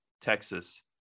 Texas